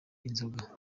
inzoga